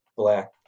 Black